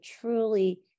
truly